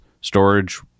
storage